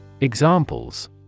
Examples